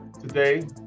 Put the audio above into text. today